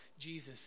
Jesus